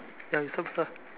ya you start first ah